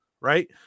right